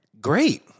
Great